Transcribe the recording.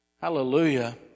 Hallelujah